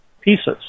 pieces